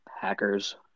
Hackers